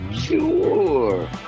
sure